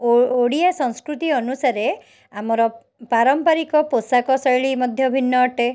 ଓ ଓଡ଼ିଆ ସଂସ୍କୃତି ଅନୁସାରେ ଆମର ପାରମ୍ପରିକ ପୋଷାକ ଶୈଳୀ ମଧ୍ୟ ଭିନ୍ନ ଅଟେ